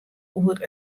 oer